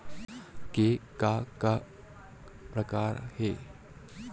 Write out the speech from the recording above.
के का का प्रकार हे?